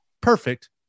Perfect